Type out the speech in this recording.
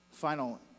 Final